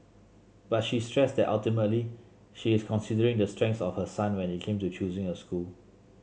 but she stressed that ultimately she is considering the strengths of her son when it came to choosing a school